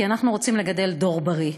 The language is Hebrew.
כי אנחנו רוצים לגדל דור בריא.